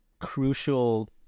crucial